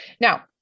Now